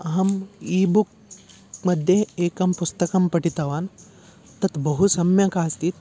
अहम् ईबुक् मध्ये एकं पुस्तकं पठितवान् तत् बहु सम्यक् आस्तीत्